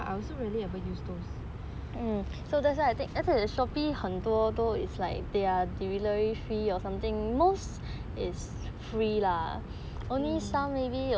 I also rarely ever use those mm